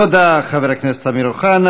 תודה, חבר הכנסת אמיר אוחנה.